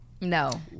No